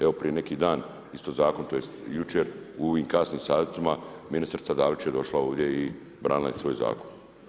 Evo prije neki dan isto zakon, tj. jučer u ovim kasnim satima ministrica Dalić je došla ovdje i branila je svoj zakon.